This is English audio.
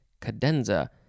Cadenza